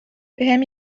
بهم